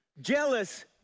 jealous